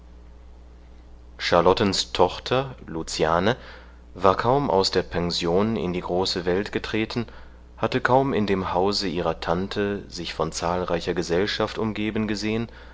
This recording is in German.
charlottens tochter luciane war kaum aus der pension in die große welt getreten hatte kaum in dem hause ihrer tante sich von zahlreicher gesellschaft umgeben gesehen